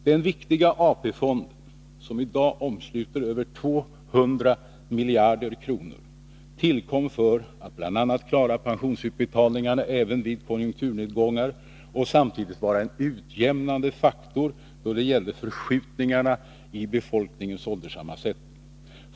Den viktiga AP-fonden, som i dag omsluter över 200 miljarder kronor, tillkom för att bl.a. klara pensionsutbetalningarna även vid konjunkturnedgångar och samtidigt vara en utjämnande faktor då det gällde förskjutningarna i befolkningens ålderssammansättning.